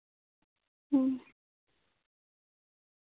ᱦᱮᱸ